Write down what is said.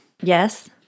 Yes